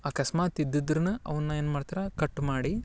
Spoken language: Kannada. ಅಕಸ್ಮಾತ್ ಇದ್ದಿದ್ರನೂ ಅವನ್ನ ಏನು ಮಾಡ್ತಾರ ಕಟ್ ಮಾಡಿ